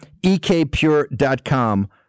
ekpure.com